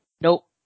Nope